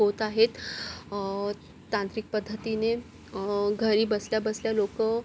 होत आहेत तांत्रिक पद्धतीने घरी बसल्या बसल्या लोकं